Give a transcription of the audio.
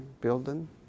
building